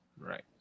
right